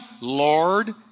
Lord